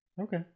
okay